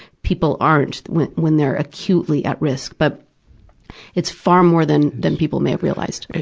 people aren't when when they're acutely at risk, but it's far more than than people may have realized.